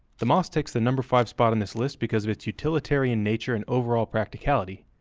the mas takes the number five spot on this list because of its utilitarian nature and overall practicality.